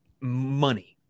money